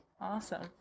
Awesome